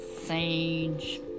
sage